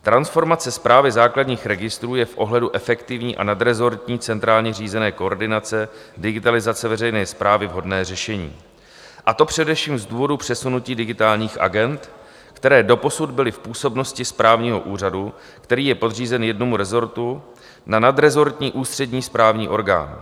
Transformace Správy základních registrů je v ohledu efektivní a nadrezortní centrální řízené koordinace, digitalizace veřejné správy vhodné řešení, a to především z důvodu přesunutí digitálních agend, které doposud byly v působnosti správního úřadu, který je podřízen jednomu rezortu, na nadrezortní ústřední správní orgán.